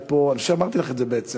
אני חושב שאמרתי לך את זה בעצם,